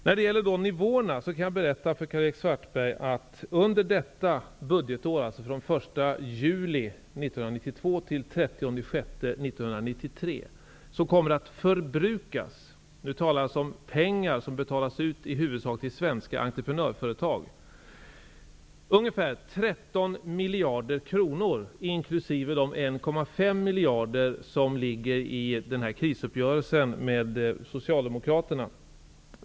När det gäller nivåerna kan jag upplysa Karl-Erik Svartberg om att det under detta budgetår -- alltså från den 1 juli 1992 till den 30 juni 1993 -- kommer att förbrukas ungefär 13 miljarder kronor inkl. de Socialdemokraterna. Jag avser då pengar som huvudsakligen betalas ut till svenska entreprenörföretag.